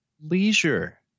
Leisure